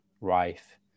rife